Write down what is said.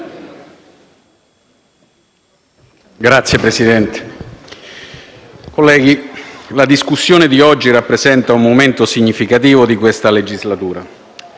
Signor Presidente, colleghi, la discussione di oggi rappresenta un momento significativo di questa legislatura